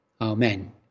Amen